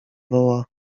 woła